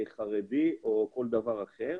חרדי או כל דבר אחר.